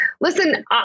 Listen